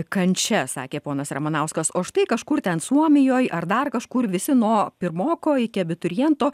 kančia sakė ponas ramanauskas o štai kažkur ten suomijoj ar dar kažkur visi nuo pirmoko iki abituriento